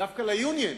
דווקא ל-union,